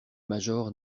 major